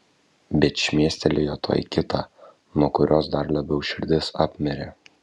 bet šmėstelėjo tuoj kita nuo kurios dar labiau širdis apmirė